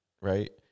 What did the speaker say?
right